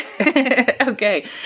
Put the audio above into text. Okay